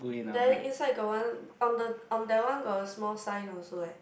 then inside got one on the on that one got a small sign also eh